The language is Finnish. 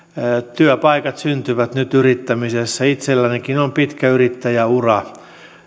työpaikat syntyvät nyt yrittämisessä itsellänikin on pitkä yrittäjäura